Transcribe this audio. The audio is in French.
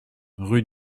rue